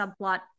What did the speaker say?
subplot